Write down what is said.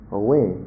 away